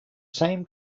same